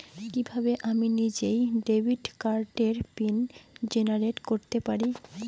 কিভাবে আমি নিজেই ডেবিট কার্ডের পিন জেনারেট করতে পারি?